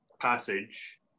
passage